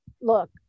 look